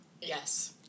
Yes